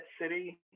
city